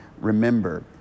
remember